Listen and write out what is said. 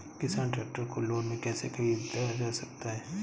किसान ट्रैक्टर को लोन में कैसे ख़रीद सकता है?